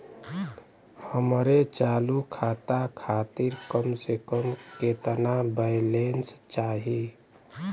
हमरे चालू खाता खातिर कम से कम केतना बैलैंस चाही?